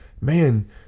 man